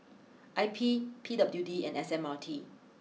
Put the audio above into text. I P P W D and S M R T